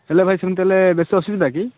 ହେଲେ ଭାଇ ସେମିତି ହେଲେ ବେଶୀ ଅସୁବିଧା କି